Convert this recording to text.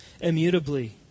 immutably